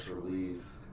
release